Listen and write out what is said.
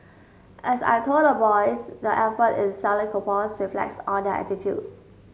as I told the boys their effort in selling coupons reflects on their attitude